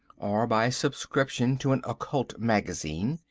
or by subscription to an occult magazine,